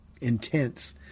intense